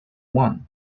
one